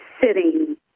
sitting